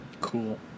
cool